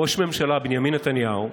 ראש הממשלה בנימין נתניהו,